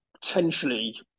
potentially